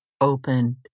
opened